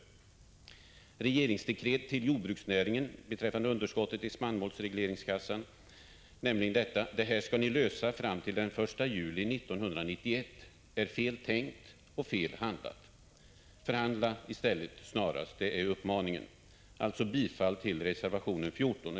Med regeringsdekretet till jordbruksnäringen beträffande underskott i spannmålsregleringskassan, ”Det här skall ni lösa fram till 1 juli 1991”, har regeringen tänkt fel och handlat fel. Min uppmaning är: Förhandla i stället snarast! Jag yrkar bifall till reservation 14.